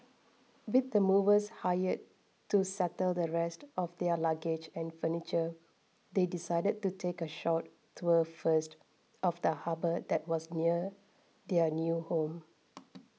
with the movers hired to settle the rest of their luggage and furniture they decided to take a short tour first of the harbour that was near their new home